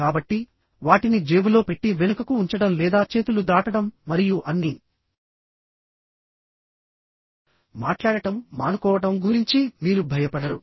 కాబట్టి వాటిని జేబులో పెట్టి వెనుకకు ఉంచడం లేదా చేతులు దాటడం మరియు అన్ని సమయాలలో చేతులు దాటడం మరియు మాట్లాడటం మానుకోవడం గురించి మీరు భయపడరు